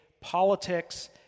politics